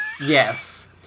Yes